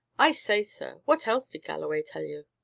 i say, sir, what else did galloway tell you?